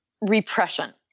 repression